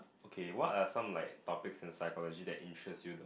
K what are some like topics in psychology that interest you to